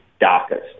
darkest